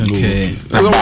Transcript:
Okay